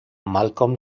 malcolm